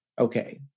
okay